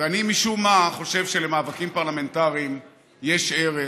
ואני משום מה חושב שלמאבקים פרלמנטריים יש ערך,